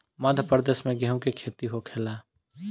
मध्यप्रदेश में गेहू के खेती होखेला